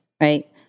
right